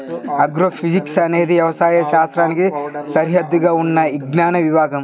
agrophysics అనేది వ్యవసాయ శాస్త్రానికి సరిహద్దుగా ఉన్న విజ్ఞాన విభాగం